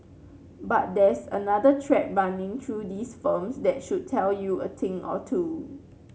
but there's another thread running through these firms that should tell you a thing or two